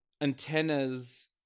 antennas